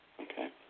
Okay